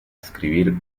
escribir